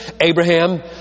Abraham